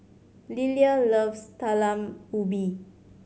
Lilia loves Talam Ubi